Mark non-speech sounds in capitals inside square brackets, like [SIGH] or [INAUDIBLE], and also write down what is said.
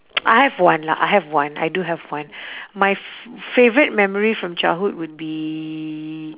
[NOISE] I have one lah I have one I do have one my f~ favourite memory from childhood would be